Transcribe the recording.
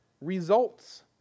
results